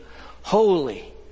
holy